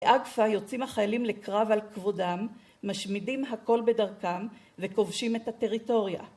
באגפא, יוצאים החיילים לקרב על כבודם, משמידים הכל בדרכם וכובשים את הטריטוריה.